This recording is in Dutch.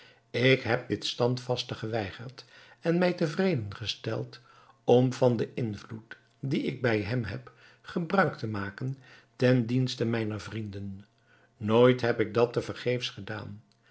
ik heb dit standvastig geweigerd en mij tevreden gesteld om van den invloed dien ik bij hem heb gebruik te maken ten dienste mijner vrienden nooit heb ik dat te vergeefs gedaan